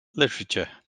literature